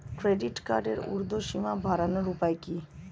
Credit কার্ডের উর্ধ্বসীমা বাড়ানোর উপায় কি?